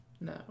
No